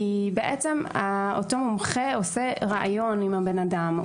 כי בעצם אותו מומחה עושה ראיון עם הבן-אדם,